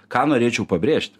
ką norėčiau pabrėžti